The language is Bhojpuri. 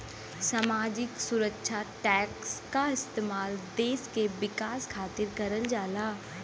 सामाजिक सुरक्षा टैक्स क इस्तेमाल देश के विकास खातिर करल जाला